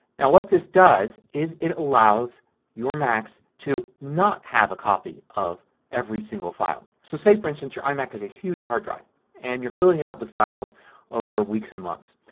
now what this does is it allows your macs to not have a copy of every single file. so say, for instance, your imac has a huge hard drive and your filling it up with files over weeks and months.